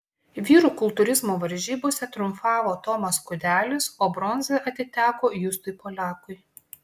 vyrų kultūrizmo varžybose triumfavo tomas kudelis o bronza atiteko justui poliakui